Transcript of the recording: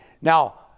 now